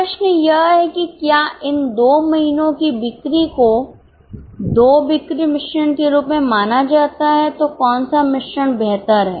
प्रश्न यह है कि क्या इन 2 महीनों की बिक्री को 2 बिक्री मिश्रण के रूप में माना जाता है तो कौन सा मिश्रण बेहतर है